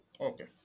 Okay